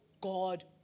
God